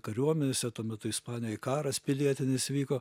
kariuomenėse tuo metu ispanijoj karas pilietinis vyko